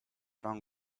wrong